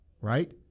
right